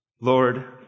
Lord